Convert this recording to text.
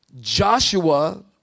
Joshua